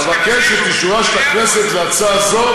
אבקש את אישורה של הכנסת להצעה זו.